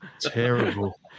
Terrible